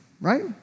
right